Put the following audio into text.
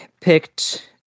picked